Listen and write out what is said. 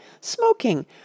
smoking